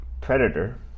Predator